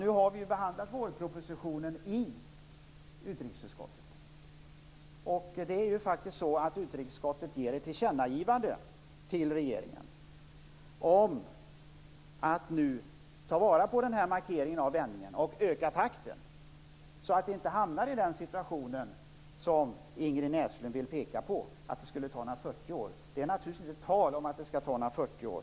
Nu har vi behandlat vårpropositionens förslag i utrikesutskottet. Utrikesutskottet vill att riksdagen skall göra ett tillkännagivande till regeringen om att man nu skall ta vara på markeringen av vändningen och öka takten, så att vi inte hamnar i den situation som Ingrid Näslund pekar på, att det skulle ta 40 år att uppnå enprocentsmålet. Det är naturligtvis inte tal om att det skall ta 40 år.